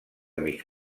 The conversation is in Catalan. mig